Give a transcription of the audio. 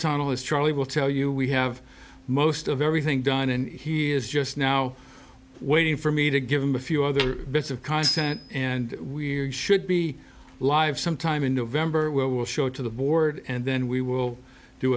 tunnel as charlie will tell you we have most of everything done and he is just now waiting for me to give him a few other bits of content and weird should be live sometime in november we'll show it to the board and then we will do